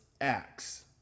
acts